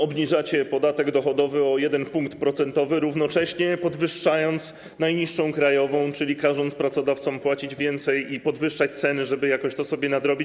Obniżacie podatek dochodowy o 1 punkt procentowy, równocześnie podwyższając najniższą krajową, czyli każąc pracodawcom płacić więcej i podwyższać ceny, żeby jakoś to sobie nadrobić.